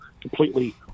completely